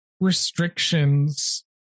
restrictions